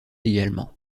également